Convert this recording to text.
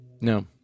No